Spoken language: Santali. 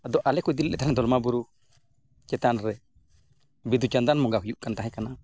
ᱟᱫᱚ ᱟᱞᱮ ᱠᱚ ᱤᱫᱤ ᱞᱮᱫ ᱛᱟᱦᱮᱸᱫ ᱫᱚᱞᱢᱟ ᱵᱩᱨᱩ ᱪᱮᱛᱟᱱ ᱨᱮ ᱵᱤᱸᱫᱩᱼᱪᱟᱸᱫᱟᱱ ᱵᱚᱸᱜᱟ ᱦᱩᱭᱩᱜ ᱠᱟᱱ ᱛᱟᱦᱮᱸ ᱠᱟᱱᱟ